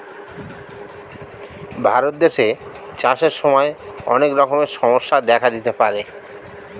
ভারত দেশে চাষের সময় অনেক রকমের সমস্যা দেখা দিতে পারে